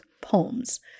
Poems